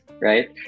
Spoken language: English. right